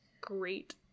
great